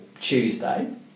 Tuesday